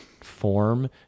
Form